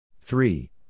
Three